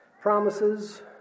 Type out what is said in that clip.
promises